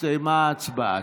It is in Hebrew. הסתיימה ההצבעה.